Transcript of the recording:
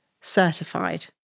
certified